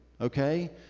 okay